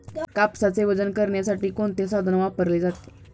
कापसाचे वजन करण्यासाठी कोणते साधन वापरले जाते?